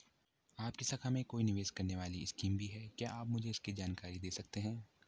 आपकी शाखा में कोई निवेश करने वाली स्कीम भी है क्या आप मुझे इसकी जानकारी दें सकते हैं?